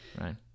right